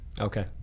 Okay